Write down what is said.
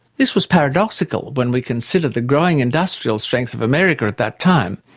this was paradoxical when we consider the growing industrial strength of america at that time,